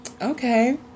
okay